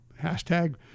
hashtag